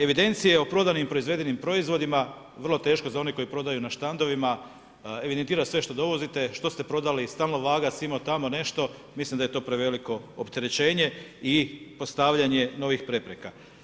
Evidencije o prodanim i proizvedenim proizvodima, vrlo teško za one koji prodaju na štandovima, evidentira sve što dovozite, što ste prodali i stalno vagati simo-tamo, nešto, mislim da je to preveliko opterećenje i postavljanje novih prepreka.